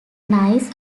nice